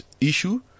issue